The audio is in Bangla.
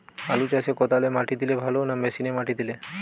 আলু চাষে কদালে মাটি দিলে ভালো না মেশিনে মাটি দিলে?